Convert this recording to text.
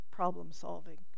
problem-solving